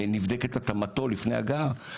נבדקת התאמתו לפני הגעה,